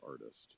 artist